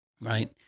right